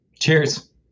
Cheers